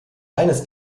eines